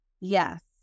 Yes